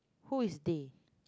who is they